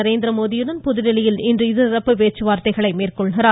நரேந்திரமோடியுடன் புதுதில்லியில் இன்று இருதரப்பு பேச்சுவார்த்தை நடத்துகிறார்